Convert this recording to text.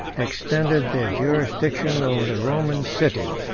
extended their jurisdiction over the roman city.